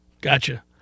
gotcha